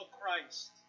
Christ